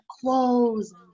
clothes